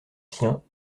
siens